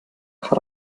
cut